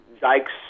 Dykes